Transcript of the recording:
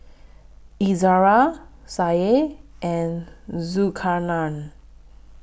Izara Syah and Zulkarnain